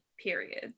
period